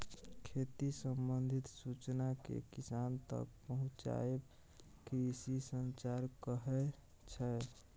खेती संबंधित सुचना केँ किसान तक पहुँचाएब कृषि संचार कहै छै